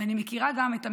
ואני מכירה גם את המדינה,